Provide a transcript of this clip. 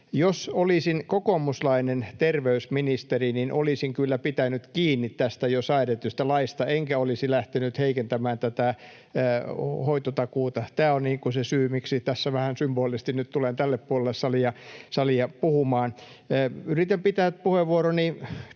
jos olisin kokoomuslainen terveysministeri, niin olisin kyllä pitänyt kiinni tästä jo säädetystä laista enkä olisi lähtenyt heikentämään tätä hoitotakuuta. Tämä on se syy, miksi tässä vähän symbolisesti nyt tulen tälle puolelle salia puhumaan. Yritän pitää puheenvuoroni